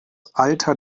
alter